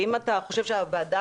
אם יושב-ראש הוועדה